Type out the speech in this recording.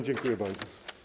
Dziękuję bardzo.